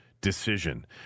decision